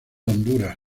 honduras